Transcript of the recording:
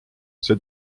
see